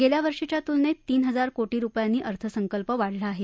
गेल्या वर्षीच्या तुलनेत तीन हजार कोटी रुपयांनी अर्थसंकल्प वाढला आहे